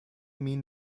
mean